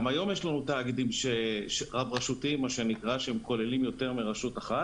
גם היום יש תאגידים רב-רשותיים שכוללים יותר מרשות אחת.